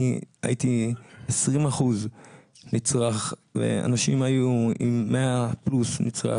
אני הייתי 20% נצרך ואנשים היו עם 100 פלוס נצרך